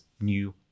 new